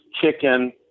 chicken